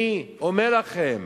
אני אומר לכם,